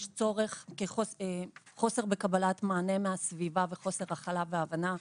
יש חוסר בקבלת מענה מהסביבה וחוסר הכלה והבנה,